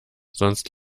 sonst